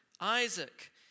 Isaac